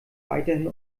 weiterhin